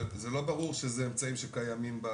זה לא ברור שזה אמצעים שקיימים.